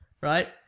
right